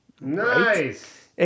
Nice